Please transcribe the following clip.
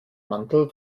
mantel